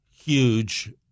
huge